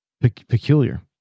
peculiar